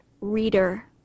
reader